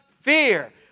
fear